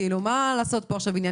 מה לי לעשות פה מזה עניין,